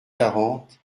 quarante